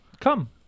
come